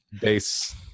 base